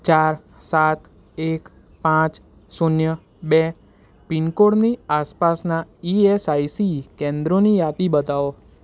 ચાર સાત એક પાંચ શૂન્ય બે પિનકોડની આસપાસનાં ઇએસઆઇસી કેન્દ્રોની યાદી બતાવો